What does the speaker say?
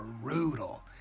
brutal